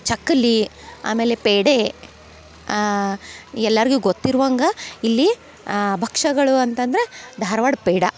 ಚಕ್ಕಲಿ ಆಮೇಲೆ ಪೇಡೆ ಎಲ್ಲರ್ಗು ಗೊತ್ತಿರ್ವಂಗ ಇಲ್ಲಿ ಭಕ್ಷ್ಯಗಳು ಅಂತಂದ್ರ ಧಾರವಾಡ ಪೇಡ